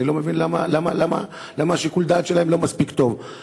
אני לא מבין למה שיקול הדעת שלהם לא מספיק טוב.